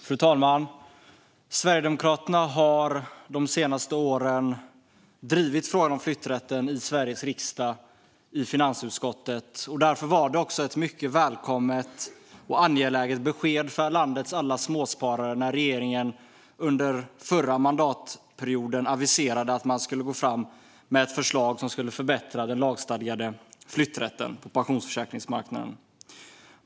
Fru talman! Sverigedemokraterna har de senaste åren drivit frågan om flytträtten i Sveriges riksdag, i finansutskottet. Därför var det ett mycket välkommet och angeläget besked för landets alla småsparare när regeringen under förra mandatperioden aviserade att man skulle gå fram med ett förslag som skulle förbättra den lagstadgade flytträtten på pensionsförsäkringsmarknaden.